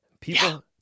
People